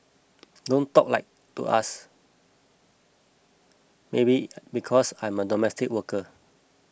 don't talk like to us maybe because I am a domestic worker